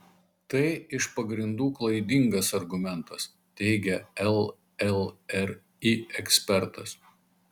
tai iš pagrindų klaidingas argumentas teigia llri ekspertas